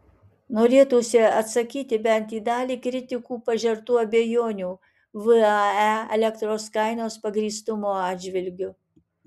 norėtųsi atsakyti bent į dalį kritikų pažertų abejonių vae elektros kainos pagrįstumo atžvilgiu